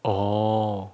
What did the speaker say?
orh